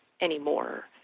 anymore